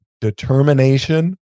determination